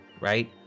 right